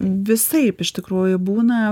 visaip iš tikrųjų būna